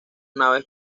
naves